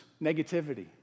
negativity